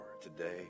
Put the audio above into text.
Today